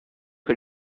que